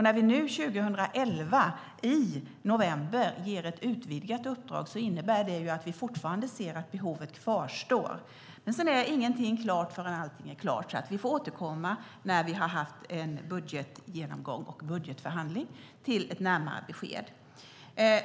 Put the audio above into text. När vi i november 2011 gav ett utvidgat uppdrag innebar det att vi fortfarande såg att behovet kvarstod. Sedan är ingenting klart förrän det är klart. Vi får återkomma med närmare besked när vi har haft en budgetgenomgång och budgetförhandlingar.